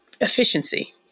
efficiency